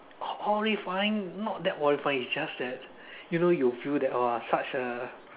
horrifying not that horrifying it's just that you know you will feel that !wah! such a